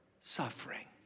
suffering